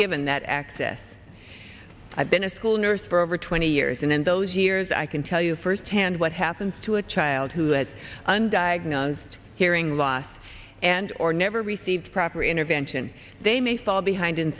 given that access i've been a school nurse for over twenty years and in those years i can tell you firsthand what happens to a child who has undiagnosed hearing loss and or never receives proper intervention they may fall behind in